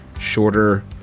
shorter